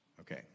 Okay